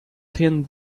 thin